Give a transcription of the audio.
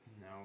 No